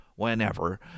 whenever